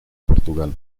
portugal